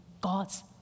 god's